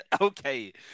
Okay